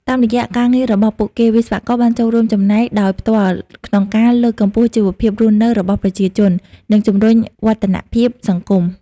តាមរយៈការងាររបស់ពួកគេ វិស្វករបានចូលរួមចំណែកដោយផ្ទាល់ក្នុងការលើកកម្ពស់ជីវភាពរស់នៅរបស់ប្រជាជន និងជំរុញវឌ្ឍនភាពសង្គម។